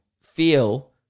feel